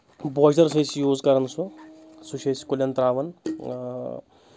بوجرس أسۍ یوٗز کران سُہ سُہ چھِ أسۍ کُلؠن ترٛاوان اۭں